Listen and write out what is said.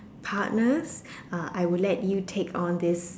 partners uh I would let you take on this